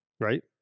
right